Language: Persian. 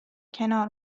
کنار